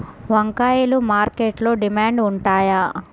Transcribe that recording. వంకాయలు మార్కెట్లో డిమాండ్ ఉంటాయా?